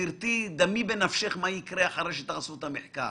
דמי בנפשך מה יקרה אחרי שתעשו את המחקר.